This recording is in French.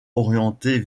orientés